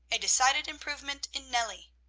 a decided improvement in nellie.